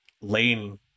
lane